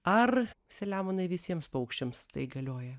ar selemonai visiems paukščiams tai galioja